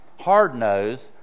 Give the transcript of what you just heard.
hard-nosed